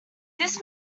this